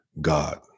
God